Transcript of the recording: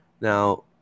now